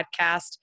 podcast